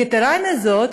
יתרה מזאת,